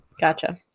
gotcha